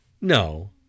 No